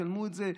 נשלם את זה.